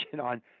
on